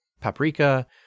Paprika